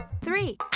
Three